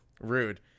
Rude